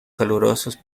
calurosos